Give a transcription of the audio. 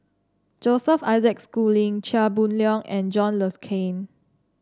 Joseph Isaac Schooling Chia Boon Leong and John Le Cain